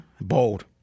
Bold